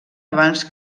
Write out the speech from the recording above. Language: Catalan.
abans